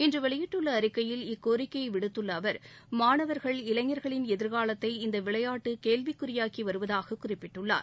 இன்று வெளியிட்டுள்ள அறிக்கையில் இக்கோரிக்கையை விடுத்துள்ள அவர் மாணவர்கள் இளைஞர்களின் எதிர்காலத்தை இந்த விளையாட்டு கேள்விக்குறியாக்கி வருவதாக குறிப்பிட்டுள்ளார்